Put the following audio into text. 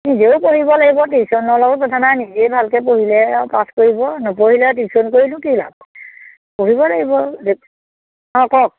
নিজেও পঢ়িব লাগিব টিউশ্যনলও কথা নাই নিজেই ভালকে পঢ়িলে আ পাছ কৰিব নপঢ়িলে টিউশ্যন কৰিনো কি লাভ পঢ়িব লাগিব অঁ কওক